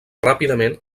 ràpidament